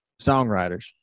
songwriters